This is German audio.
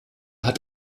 hat